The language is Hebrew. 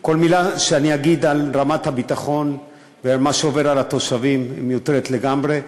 כל מילה שאני אגיד על רמת הביטחון ועל מה עובר על התושבים מיותרת לגמרי,